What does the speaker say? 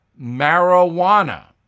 marijuana